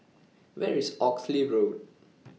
Where IS Oxley Road